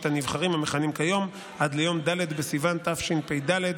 הנבחרים המכהנים כיום עד ליום ד' בסיוון התשפ"ד,